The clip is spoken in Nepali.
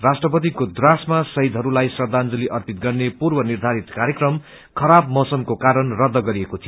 राष्ट्रपतिको द्रासामा शहीदहरूलाई श्रदाजंली अर्पित गन्ने पूर्वमा निर्यारित कार्यक्रम खराब मौसमको कारण रद्ध गरिएको थियो